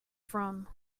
from